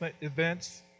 events